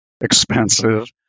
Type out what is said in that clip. expensive